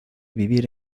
vivir